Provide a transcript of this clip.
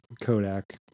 Kodak